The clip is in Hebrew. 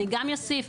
ואני גם אוסיף,